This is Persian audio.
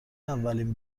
اولین